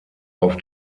auf